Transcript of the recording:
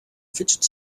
fidget